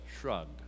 shrugged